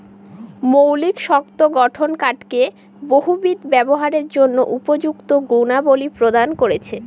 মৌলিক শক্ত গঠন কাঠকে বহুবিধ ব্যবহারের জন্য উপযুক্ত গুণাবলী প্রদান করেছে